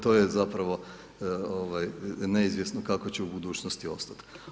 To je zapravo neizvjesno kako će u budućnosti ostati.